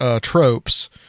tropes